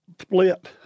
split